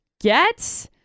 get